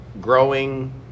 growing